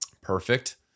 Perfect